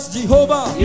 Jehovah